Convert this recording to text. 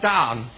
down